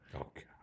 Okay